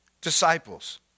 disciples